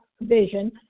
Vision